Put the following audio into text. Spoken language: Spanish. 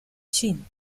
jin